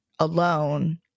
alone